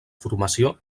formació